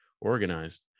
organized